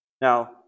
Now